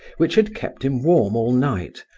which had kept him warm all night,